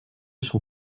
son